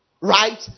Right